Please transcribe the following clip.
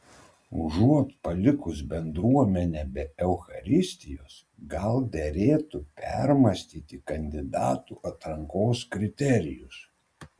užuot palikus bendruomenę be eucharistijos gal derėtų permąstyti kandidatų atrankos kriterijus